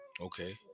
okay